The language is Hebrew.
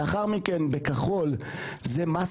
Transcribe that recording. לאחר מכן בכחול זה מס